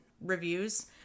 reviews